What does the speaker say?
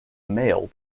mail